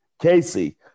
Casey